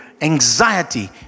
anxiety